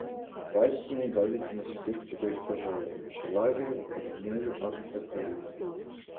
vaistinėje galite nusipirkti vaistažolių šalavijo ramunėlių arba eukalipto